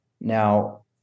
now